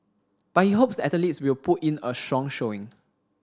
but he hopes the athletes will put in a strong showing